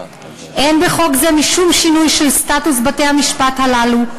אין בחוק זה משום שינוי של סטטוס בתי-המשפט הללו,